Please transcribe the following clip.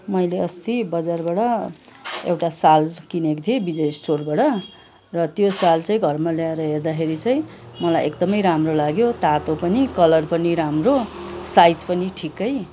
मैले अस्ती बजारबाट एउटा सल किनेको थिएँ विजय स्टोरबाट र त्यो साल चाहिँ घरमा ल्याएर हेर्दाखेरि चाहिँ मलाई एकदमै राम्रो लाग्यो तातो पनि कलर पनि राम्रो साइज पनि ठिकै